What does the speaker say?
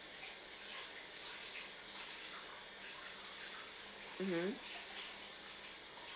mmhmm